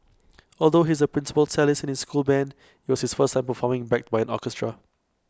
although he is the principal cellist in his school Band IT was his first time performing backed by an orchestra